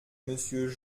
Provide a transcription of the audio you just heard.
monsieur